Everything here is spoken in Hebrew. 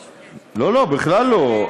לא, בכלל לא.